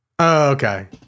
okay